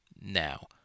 Now